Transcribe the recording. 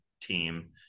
team